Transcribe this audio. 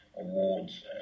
awards